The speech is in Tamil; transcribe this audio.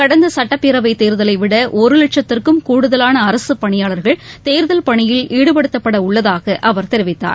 கடந்த சட்டப்பேரவை தேர்தலை விட ஒரு லட்சத்திற்கும் கூடுதலான அரசுப் பணியாளர்கள் தேர்தல் பணியில் ஈடுபடுத்தப்பட உள்ளதாக அவர் தெரிவித்தார்